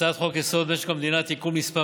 הצעת חוק-יסוד: משק המדינה (תיקון מס'